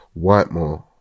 Whitemore